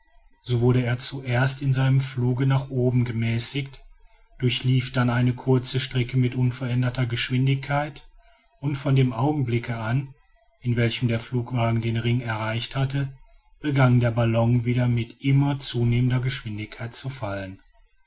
so wurde er zuerst in seinem fluge nach oben gemäßigt durchlief dann eine kurze strecke mit unveränderter geschwindigkeit und von dem augenblicke an in welchem der flugwagen den ring erreicht hatte begann der ballon wieder mit immer zunehmender geschwindigkeit zu fallen